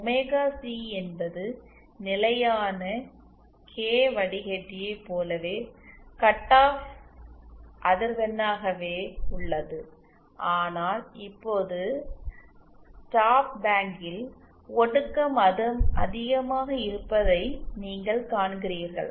omega C என்பது நிலையான K வடிகட்டியைப் போலவே கட் ஆப் அதிர்வெண்ணாகவே உள்ளது ஆனால் இப்போது ஸ்டாப் பேங்கில் ஒடுக்கம் அதிகமாக இருப்பதை நீங்கள் காண்கிறீர்கள்